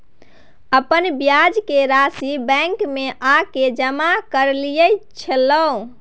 अपन ब्याज के राशि बैंक में आ के जमा कैलियै छलौं?